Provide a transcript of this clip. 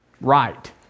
right